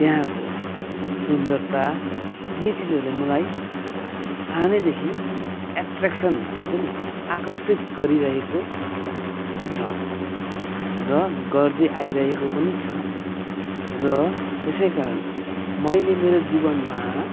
त्यहाँको सुन्दरता यी चिजहरूले मलाई सानैदेखि एट्र्याक्सन् हुन्छ नि आकर्षित गरिरहेको छ र गर्दै आइरहेको पनि छ र त्यसै कारण मैले मेरो जीवनमा